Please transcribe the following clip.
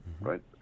right